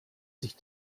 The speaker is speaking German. sich